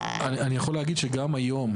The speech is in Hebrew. אני יכול להגיד שגם היום,